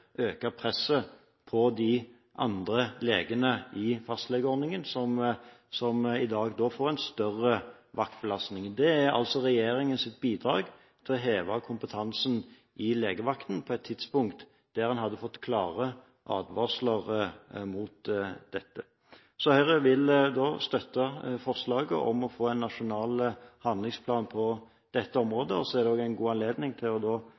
øker presset ytterligere på de andre legene i fastlegeordningen som i dag da får en større vaktbelastning. Det er altså regjeringens bidrag til å heve kompetansen i legevakten – på et tidspunkt der en hadde fått klare advarsler om dette. Høyre vil støtte forslaget om å få en nasjonal handlingsplan på dette området. Det er også en god anledning til å